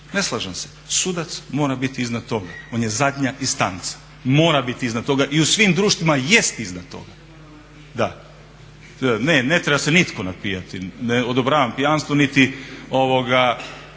Ne slažem se, sudac mora biti iznad toga. On je zadnja instanca, mora biti iznad toga i u svim društvima jest iznad toga. Da, ne ne treba se nitko napijati, ne odobravam pijanstvo, niti jesam